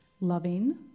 loving